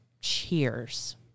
Cheers